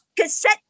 Cassette